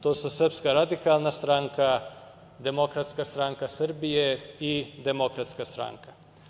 To su Srpska radikalna stranka, Demokratska stranka Srbije i Demokratska stranka.